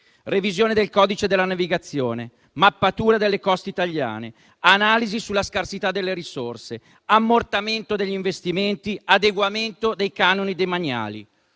Revisione del codice della navigazione, mappatura delle coste italiane, analisi sulla scarsità delle risorse, ammortamento degli investimenti, adeguamento dei canoni demaniali: